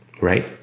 Right